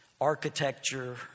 architecture